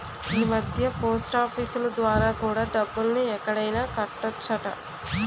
ఈమధ్య పోస్టాఫీసులు ద్వారా కూడా డబ్బుల్ని ఎక్కడైనా కట్టొచ్చట